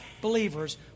believers